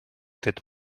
that